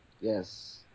Yes